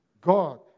God